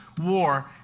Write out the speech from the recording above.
war